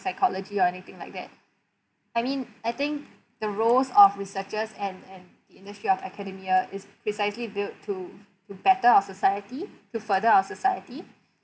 psychology or anything like that I mean I think the roles of researchers and and industry of academia is precisely built to to better our society to further our society